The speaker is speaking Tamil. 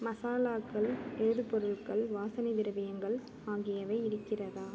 மசாலாக்கள் எழுது பொருட்கள் வாசனைத் திரவியங்கள் ஆகியவை இருக்கிறதா